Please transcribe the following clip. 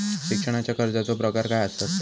शिक्षणाच्या कर्जाचो प्रकार काय आसत?